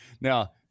now